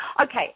Okay